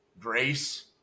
grace